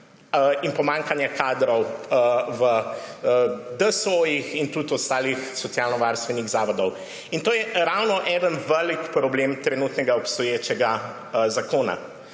in pomanjkanja kadrov v DSO in tudi ostalih socialno-varstvenih zavodih. In to je ravno en velik problem obstoječega zakona.